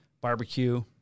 barbecue